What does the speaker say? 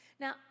Now